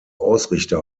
ausrichter